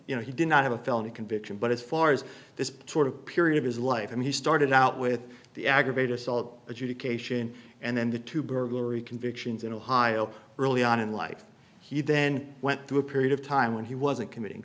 you know he did not have a felony conviction but as far as this sort of period of his life and he started out with the aggravated assault adjudication and then the two burglary convictions in ohio early on in life he then went through a period of time when he wasn't committing